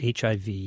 HIV